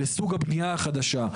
לסוג הבנייה החדשה,